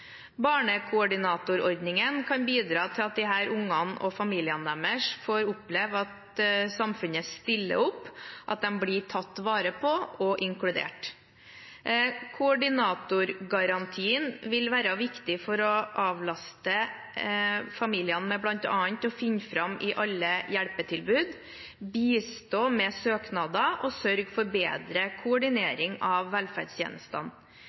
Barnekoordinatorordningen kan bidra til at disse ungene og familiene deres får oppleve at samfunnet stiller opp, at de blir tatt vare på og inkludert. Koordinatorgarantien vil være viktig for å avlaste familiene med bl.a. å finne fram i alle hjelpetilbud, bistå med søknader og sørge for bedre koordinering av velferdstjenestene.